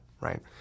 right